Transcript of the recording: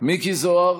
מכלוף מיקי זוהר,